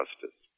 justice